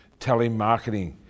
telemarketing